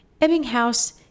Ebbinghaus